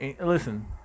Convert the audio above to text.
listen